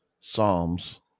Psalms